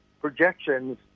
projections